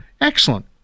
Excellent